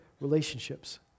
relationships